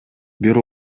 бир